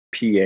PA